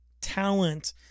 talent